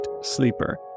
Sleeper